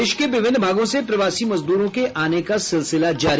देश के विभिन्न भागों से प्रवासी मजदूरों के आने का सिलसिला जारी